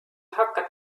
hakkad